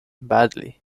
badly